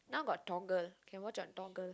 now got toggle can watch on Toggle